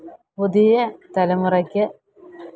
പുതിയ തലമുറയ്ക്ക്